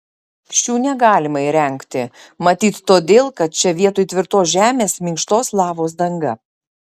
šių negalima įrengti matyt todėl kad čia vietoj tvirtos žemės minkštos lavos danga